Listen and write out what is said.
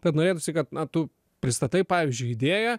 bet norėtųsi kad na tu pristatai pavyzdžiui idėją